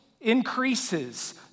increases